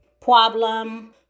problem